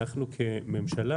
אנחנו כממשלה,